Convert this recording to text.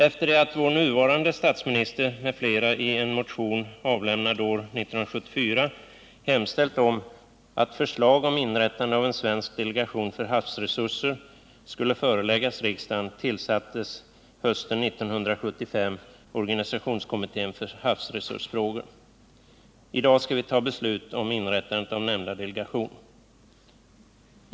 Efter det att vår nuvarande statsminister m.fl. i en motion avlämnad år 1974 hemställt om att förslag om inrättande av en svensk delegation för havsresurser skulle föreläggas riksdagen, tillsattes hösten 1975 organisationskommittén för havsresursfrågor. I dag skall vi fatta beslut om inrättandet av nämnda delegation.